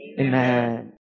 Amen